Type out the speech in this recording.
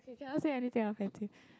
you cannot say anything or can say